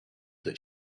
that